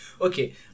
okay